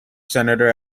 senator